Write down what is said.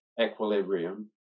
equilibrium